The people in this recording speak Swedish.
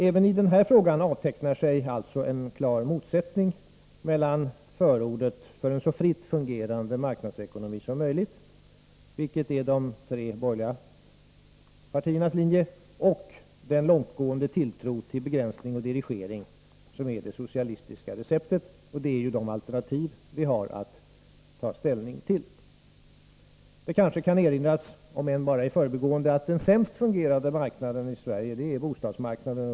Äveni denna fråga avtecknar sig alltså en klar motsättning mellan förordet för en så fritt fungerande marknadsekonomi som möjligt — som är de tre borgerliga partiernas linje — och den långtgående tilltro till begränsning och dirigering som är det socialistiska receptet. Det är ju dessa alternativ som vi har att ta ställning till. Det kan kanske — om än bara i förbigående — erinras om att den sämst fungerande marknaden i Sverige är bostadsmarknaden.